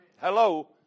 Hello